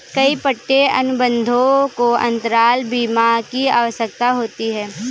कई पट्टे अनुबंधों को अंतराल बीमा की आवश्यकता होती है